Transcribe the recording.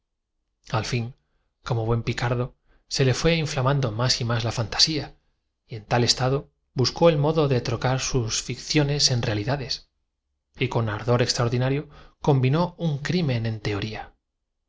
al joven como buen picardo se le fué infiamando más y más la llermo ofreció su cama al comerciante puede usted aceptarla con fantasía y en tal estado buscó el modo de trocar sus ficciones en reali tanta más franqueza le dijo cuanto puedo dormir con próspero en dades y con ardor extraordinario combinó un crimen en teoría